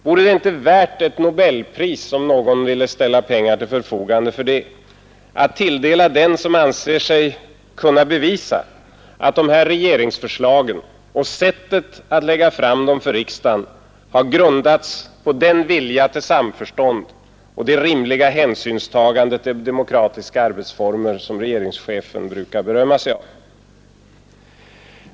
Vore det inte värt ett nobelpris, om någon ville ställa pengar till förfogande för det, att tilldela den som anser sig kunna bevisa att de här regeringsförslagen och sättet att lägga fram dem för riksdagen har grundats på den vilja till samförstånd och det rimliga hänsynstagande till demokratiska arbetsformer som regeringschefen brukar berömma sig av?